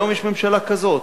היום יש ממשלה כזאת,